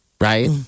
right